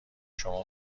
شما